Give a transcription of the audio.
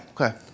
Okay